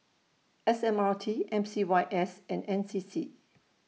S M R T M C Y S and N C C